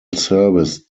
service